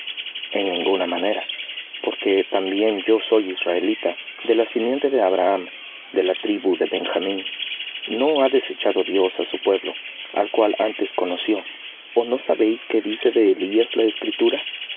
en ninguna manera porque también yo soy israelita de la simiente de abraham de la tribu de benjamín no ha desechado dios á su pueblo al cual antes conoció o no sabéis qué dice de elías la escritura